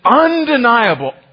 undeniable